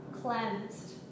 cleansed